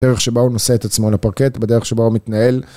בדרך שבה הוא נושא את עצמו לפרקט, בדרך שבו הוא מתנהל.